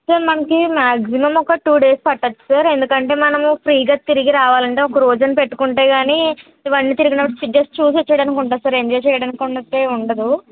sir మనకి maximum ఒక two days పట్టొచ్చు సార్ ఎందుకంటే మనం ఫ్రీగా తిరిగి రావాలంటే ఒకరోజు అని పెట్టుకుంటే కాని ఇవన్నీ తిరిగినట్టు జస్ట్ చూసొచ్చేయటానికి ఉంటుంది సార్ ఎంజాయ్ చేయటానికి ఉన్నటే ఉండదు